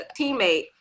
teammate